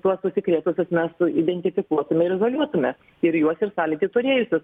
tuos užsikrėtusius mes identifikuotume ir izoliuotume ir juos ir sąlytį turėjusius